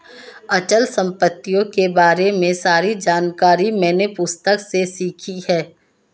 अचल संपत्तियों के बारे में सारी जानकारी मैंने पुस्तक से सीखी है